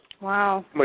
Wow